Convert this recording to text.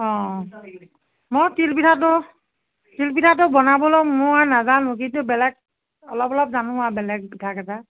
অ অ মই তিল পিঠাটো তিল পিঠাটো বনাবলৈ মই নাজানো কিন্তু বেলেগ অলপ অলপ জানো আৰু বেলেগ পিঠা কেইটা